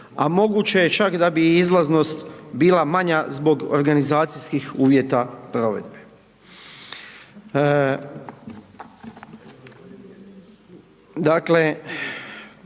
a moguće je čak da bi i izlaznost bila manja zbog organizacijskih uvjeta provedbe.